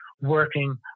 working